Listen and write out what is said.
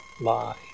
lie